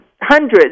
hundreds